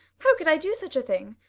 how could i do such a thing?